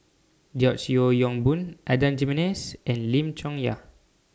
George Yeo Yong Boon Adan Jimenez and Lim Chong Yah